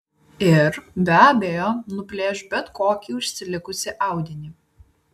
ir be abejo nuplėš bet kokį užsilikusį audinį